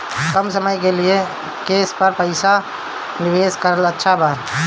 कम समय के लिए केस पर पईसा निवेश करल अच्छा बा?